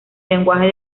lenguajes